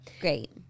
Great